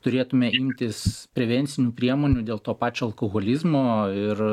turėtume imtis prevencinių priemonių dėl to pačio alkoholizmo ir